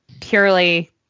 purely